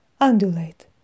Undulate